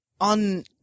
on